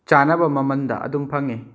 ꯆꯥꯟꯅꯕ ꯃꯃꯟꯗ ꯑꯗꯨꯝ ꯐꯪꯏ